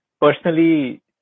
personally